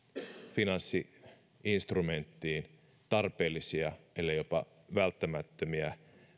finanssi instrumenttiin tarpeellisia ellei jopa välttämättömiä